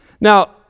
Now